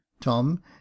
tom